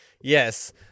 Yes